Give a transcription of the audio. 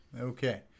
Okay